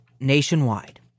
nationwide